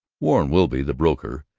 warren whitby, the broker,